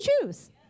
choose